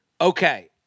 okay